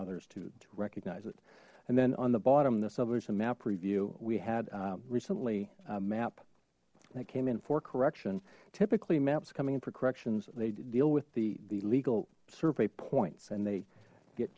others to recognize it and then on the bottom the sub there's a map review we had recently map that came in for correction typically maps coming in for corrections they deal with the the legal survey points and they get